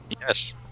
Yes